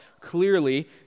Clearly